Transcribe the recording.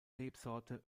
rebsorte